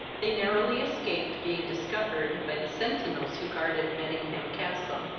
they narrowly escaped being discovered by the centinels who guarded mettingham-castle